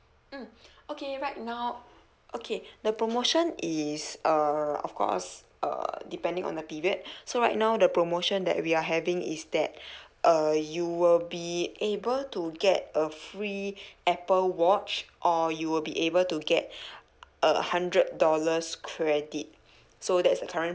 mm okay right now okay the promotion is err of course err depending on the period so right now the promotion that we are having is that uh you will be able to get a free apple watch or you will be able to get a hundred dollars credit so that's the current